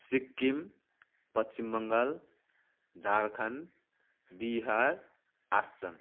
Sikkim Paschim Bengal Jharkhand Bihar Assam